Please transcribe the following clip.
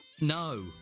no